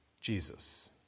Jesus